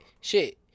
shit-